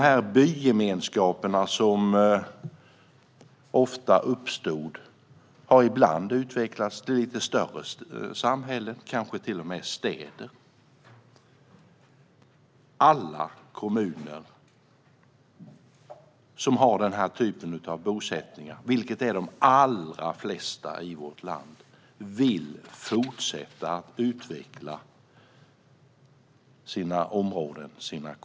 De bygemenskaper som ofta uppstod har ibland utvecklats till lite större samhällen, kanske till och med städer. Alla kommuner som har denna typ av bosättningar, vilket är de allra flesta i vårt land, vill fortsätta utveckla sina områden.